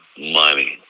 money